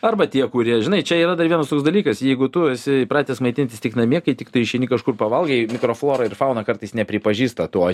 arba tie kurie žinai čia yra dar vienas toks dalykas jeigu tu esi įpratęs maitintis tik namie kai tiktai išeini kažkur pavalgai mikroflora ir fauna kartais nepripažįsta to